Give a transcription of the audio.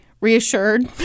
reassured